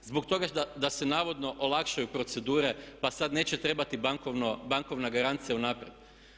Zbog toga da se navodno olakšaju procedure, pa sad neće trebati bankovna garancija unaprijed.